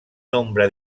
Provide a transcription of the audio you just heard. nombre